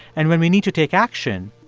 and when we need to take action,